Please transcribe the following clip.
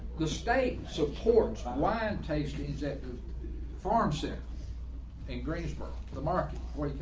the state support land tasties at farmstead in greensburg, the market where